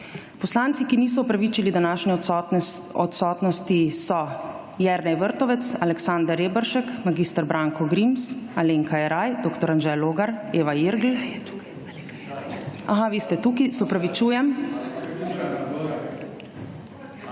Poslanci, ki niso opravičili današnje odsotnosti so Jernej Vrtovec, Aleksander Reberšek, mag. Branko Grims, Alenka Jeraj, dr. Anže Logar, Eva Irgl… A ha, vi ste tukaj, se opravičujem.